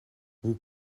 vous